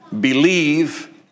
believe